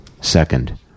second